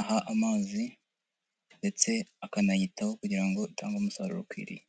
aha amazi ndetse akanayitaho kugira ngo itange umusaruro ukwiriye.